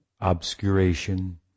obscuration